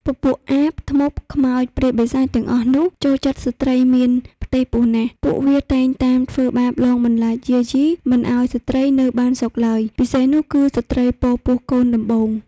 ពពូកអាប ធ្មប់ ខ្មោច ព្រាយបិសាចអស់ទាំងនោះចូលចិត្តស្ត្រីមានផ្ទៃពោះណាស់ ពួកវាតែងតាមធ្វើបាបលងបន្លាចយាយីមិនឲ្យស្ត្រីនៅបានសុខឡើយពិសេសនោះគឺស្រ្តីពពោះកូនដំបូង